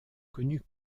connus